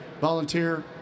volunteer